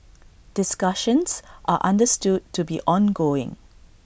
discussions are understood to be ongoing